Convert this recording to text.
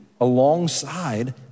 alongside